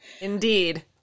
Indeed